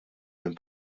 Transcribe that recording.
minn